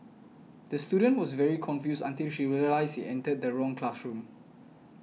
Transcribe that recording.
the student was very confused until she realised he entered the wrong classroom